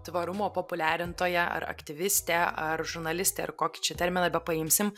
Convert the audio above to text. tvarumo populiarintoja ar aktyvistė ar žurnalistė ir kokį čia terminą bepaimsim